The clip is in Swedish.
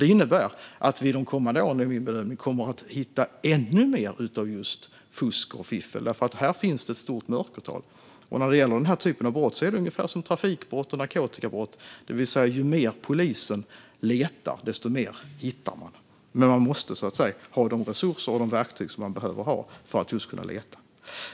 Det innebär att vi under de kommande åren kommer att hitta ännu mer av just fusk och fiffel, för det finns ett stort mörkertal här. När det gäller den här typen av brott är det ungefär som trafikbrott och narkotikabrott: Ju mer polisen letar, desto mer hittar man. Men man måste ha de resurser och verktyg som man behöver ha för att kunna leta.